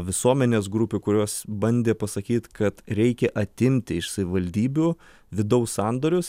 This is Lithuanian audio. visuomenės grupių kurios bandė pasakyt kad reikia atimti iš savivaldybių vidaus sandorius